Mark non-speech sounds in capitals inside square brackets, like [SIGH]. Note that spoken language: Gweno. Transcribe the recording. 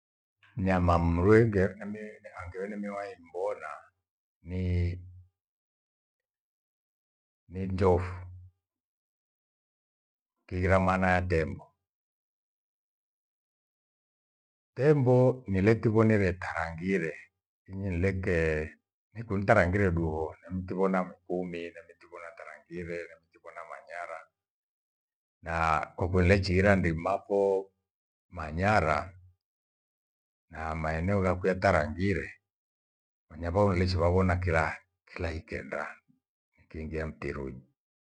Mnyama mruege ambaye [HESITATION] ambae nimewahi mbona ni- ni njofu kighira maana tembo. Tembo nilitivonire tarangire finyi nilekee niku nitarangiree duo. Nemtivona mikumi, nemitivona tarangire, nemitivona manyara na kwaku nilechiira ndimbafo manyara na maeneo yakwea tarangire wanyamavo nichivavona kila- kila ikenda nikiingia mtirunii.